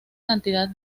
cantidad